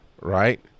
right